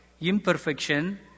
imperfection